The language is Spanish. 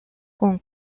con